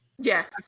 Yes